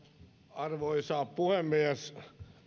arvoisa puhemies kun en